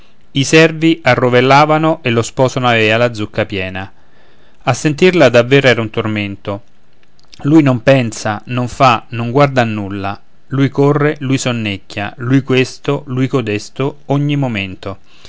i servi arrovellavano e lo sposo n'avea la zucca piena a sentirla davver era un tormento lui non pensa non fa non guarda a nulla lui corre lui sonnecchia lui questo lui codesto ogni momento